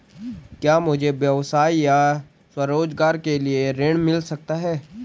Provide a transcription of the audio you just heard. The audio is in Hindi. क्या मुझे व्यवसाय या स्वरोज़गार के लिए ऋण मिल सकता है?